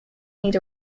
need